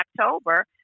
October